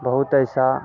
बहुत ऐसा